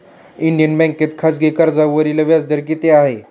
Indian बँकेत खाजगी कर्जावरील व्याजदर किती आहे?